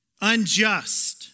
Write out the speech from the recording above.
unjust